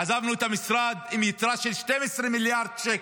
עזבנו את המשרד עם יתרה של 12 מיליארד שקל,